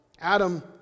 Adam